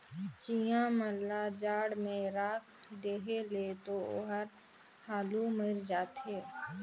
चिंया मन ल जाड़ में राख देहे ले तो ओहर हालु मइर जाथे